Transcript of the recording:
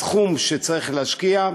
הסכום שצריך להשקיע,